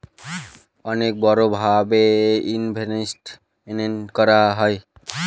অনেক বড়ো ভাবে ইনভেস্টমেন্ট করা হয়